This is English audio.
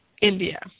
India